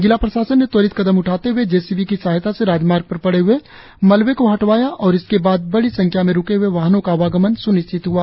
जिला प्रशासन ने त्वरित कदम उठाते हए जे सी बी की सहायता से राजमार्ग पर पड़े हुए मलवे को हटाया और इसके बाद बड़ी संख्या में रुके हुए वाहनों का आवागमन स्निश्चित हुआ